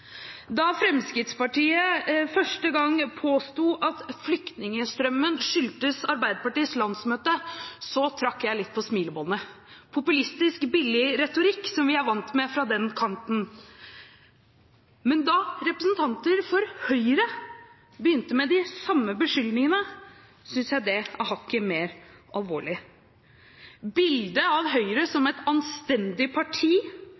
Da Fremskrittspartiet første gang påsto at flyktningstrømmen skyldtes Arbeiderpartiets landsmøte, trakk jeg litt på smilebåndet – populistisk, billig retorikk som vi er vant med fra den kanten. Men da representanter for Høyre begynte med de samme beskyldningene, synes jeg det er hakket mer alvorlig. Bildet av Høyre som et anstendig parti